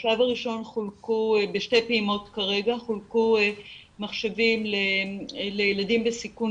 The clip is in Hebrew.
בשלב הראשון חולקו בשתי פעימות כרגע מחשבים לילדים בסיכון